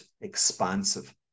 expansive